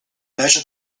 measure